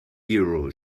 hero